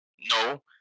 no